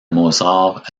mozart